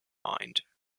mind